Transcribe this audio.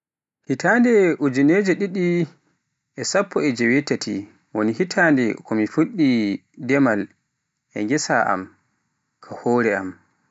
Hitande ujinere didi e sappo e jeewetaati woni hitande ko mi fuɗɗi e demal e ngessa am, ka hoore am.